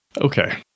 Okay